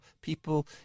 people